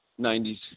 90s